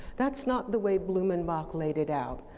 that's not the way blumenbach laid it out.